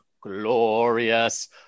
glorious